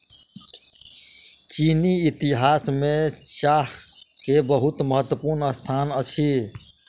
चीनी इतिहास में चाह के बहुत महत्वपूर्ण स्थान अछि